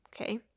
okay